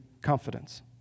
confidence